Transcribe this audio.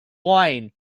wine